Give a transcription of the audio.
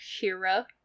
Hira